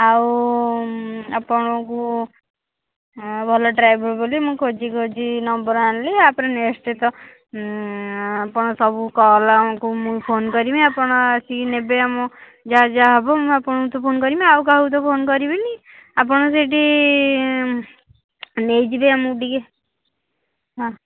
ଆଉ ଆପଣଙ୍କୁ ହଁ ଭଲ ଡ୍ରାଇଭର୍ ବୋଲି ମୁଁ ଖୋଜିଖୋଜି ନମ୍ବର୍ ଆଣିଲି ୟା ପରେ ନେକ୍ସ୍ଟ ତ ଆପଣ ସବୁ କଲ୍ଙ୍କୁ ମୁଁ ଫୋନ୍ କରିମି ଆପଣ ଆସିକି ନେବେ ଆମ ଯାହା ଯାହା ହେବ ମୁଁ ଆପଣଙ୍କୁ ତ ଫୋନ୍ କରିମି ନା ଆଉ କାହାକୁ ତ ଫୋନ୍ କରିବିନି ଆପଣ ସେଠି ନେଇଯିବେ ଆମକୁ ଟିକିଏ ହଁ